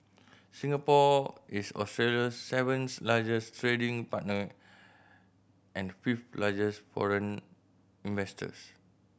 Singapore is Australia's seventh largest trading partner and fifth largest foreign investors